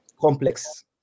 complex